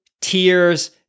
tears